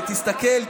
תסתכל,